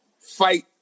fight